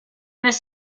this